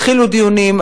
התחילו דיונים,